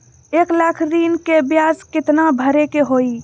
एक लाख ऋन के ब्याज केतना भरे के होई?